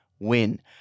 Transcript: win